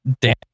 Dan